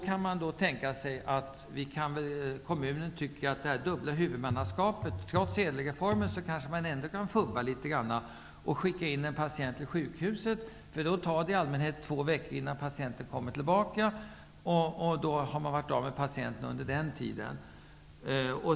Man kan då tänka sig att kommunen tycker att det går att fuska litet trots ÄDEL-reformen, och skicka in en patient till sjukhuset. Då tar det i allmänhet två veckor innan patienten kommer tillbaka. Då har man varit av med patienten under den tiden.